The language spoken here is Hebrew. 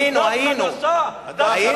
היינו, היינו.